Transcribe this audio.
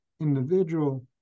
individual